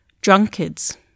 drunkards